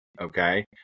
okay